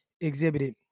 exhibited